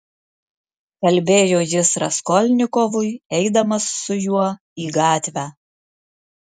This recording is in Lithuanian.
kalbėjo jis raskolnikovui eidamas su juo į gatvę